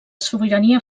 sobirania